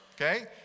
okay